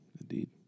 indeed